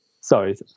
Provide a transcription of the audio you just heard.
sorry